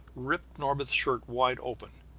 ripped norbith's shirt wide open.